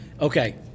okay –